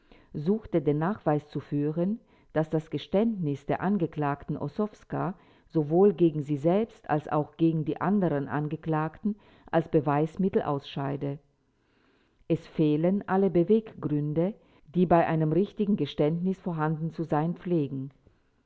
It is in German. suchte den nachweis zu führen daß das geständnis der angeklagten ossowska sowohl gegen sie selbst als auch gegen die anderen angeklagten als beweismittel ausscheide es fehlen alle beweggründe die bei einem richtigen geständnis vorhanden zu sein pflegen